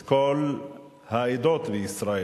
את כל העדות בישראל.